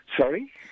Sorry